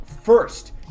First